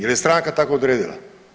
Jer je stranka tako odredila.